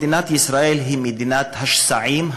מדינת ישראל היא מדינת השסעים,